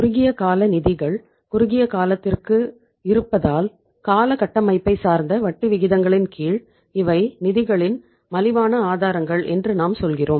குறுகிய கால நிதிகள் குறுகிய காலத்திற்கு இருப்பதால் கால கட்டமைப்பை சார்ந்த வட்டி விகிதங்களின் கீழ் இவை நிதிகளின் மலிவான ஆதாரங்கள் என்று நாம் சொல்கிறோம்